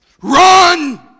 Run